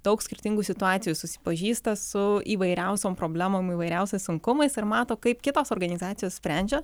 daug skirtingų situacijų susipažįsta su įvairiausiom problemom įvairiausiais sunkumais ir mato kaip kitos organizacijos sprendžia